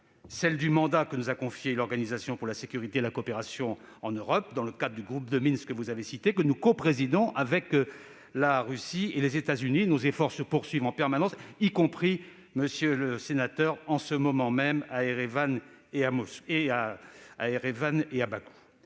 celui du mandat que nous a confié l'Organisation pour la sécurité et la coopération en Europe, l'OSCE, dans le cadre du groupe de Minsk, que vous avez cité et que nous coprésidons avec la Russie et les États-Unis. Nos efforts se poursuivent en permanence, y compris, monsieur le sénateur, en ce moment même à Erevan et à Bakou.